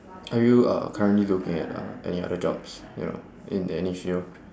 are you uh currently looking at uh any other jobs you know in any field